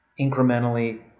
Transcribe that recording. incrementally